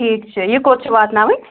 ٹھیٖک چھُ یہِ کوٚت چھِ واتناوٕنۍ